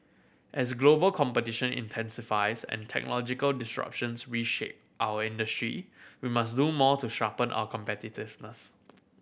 as global competition intensifies and technological disruptions reshape our industry we must do more to sharpen our competitiveness